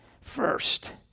first